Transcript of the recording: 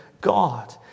God